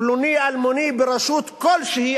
פלוני אלמוני ברשות כלשהי,